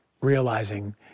realizing